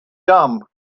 dumb